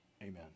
amen